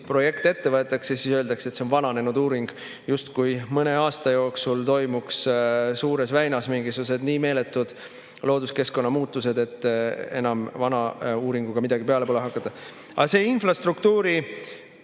projekt ette võetakse, siis öeldakse, et see on vananenud uuring, justkui mõne aasta jooksul toimuks Suures väinas mingisugused nii meeletud looduskeskkonna muutused, et enam vana uuringuga midagi peale pole hakata. See infrastruktuuri